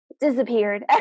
disappeared